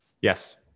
Yes